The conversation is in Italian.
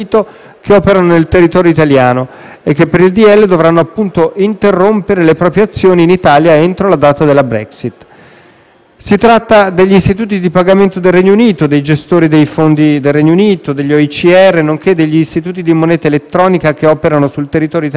e che per il decreto-legge dovranno appunto interrompere le proprie azioni in Italia entro la data della Brexit. Si tratta degli istituti di pagamento del Regno Unito, dei gestori dei fondi del Regno Unito, degli OICR, nonché degli istituti di moneta elettronica che operano sul territorio italiano in regime di libera prestazione